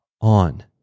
on